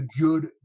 good